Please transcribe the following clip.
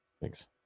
Thanks